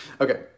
okay